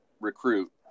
recruit